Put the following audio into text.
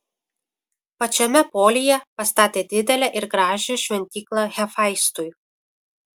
pačiame polyje pastatė didelę ir gražią šventyklą hefaistui